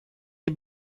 est